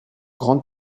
grande